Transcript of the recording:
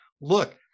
look